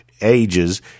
ages